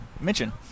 mention